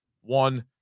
one